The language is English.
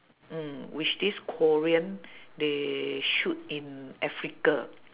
mm which this korean they shoot in africa